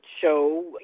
show